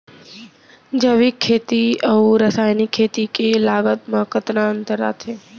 जैविक खेती अऊ रसायनिक खेती के लागत मा कतना अंतर आथे?